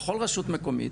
בכל רשות מקומית,